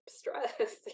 stress